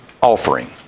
offering